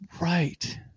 right